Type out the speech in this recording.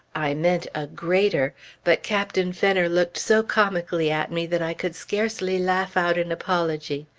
i meant a greater but captain fenner looked so comically at me that i could scarcely laugh out an apology,